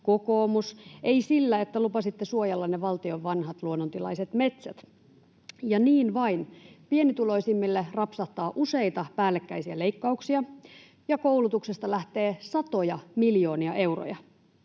kokoomus; ei sillä, että lupasitte suojella ne valtion vanhat luonnontilaiset metsät. Ja niin vain pienituloisimmille rapsahtaa useita päällekkäisiä leikkauksia ja koulutuksesta lähtee satoja miljoonia euroja.